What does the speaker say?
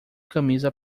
camisa